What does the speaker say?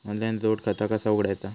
Online जोड खाता कसा उघडायचा?